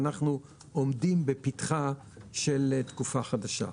ואנחנו עומדים בפתחה של תקופה חדשה.